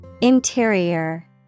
Interior